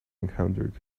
encountered